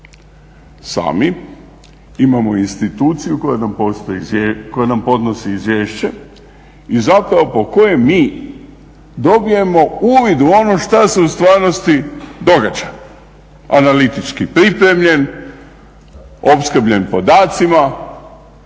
sami, imamo instituciju koja nam podnosi izvješće i zapravo po kojem mi dobijemo uvid u ono šta se u stvarnosti događa, analitički pripremljen, opskrbljen podacima,